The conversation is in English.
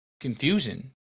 confusion